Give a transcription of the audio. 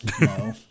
no